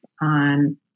on